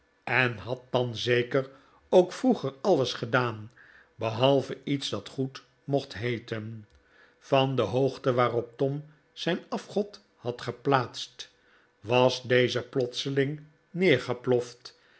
en had dan zeker ook vroeger alles gedaan behalve iets dat goed mocht heeten van de hoogte waarop tom zijn afgod had geplaatst was deze plotseling neergeploft